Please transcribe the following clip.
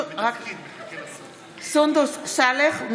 (קוראת בשמות חברי הכנסת) סונדוס סאלח,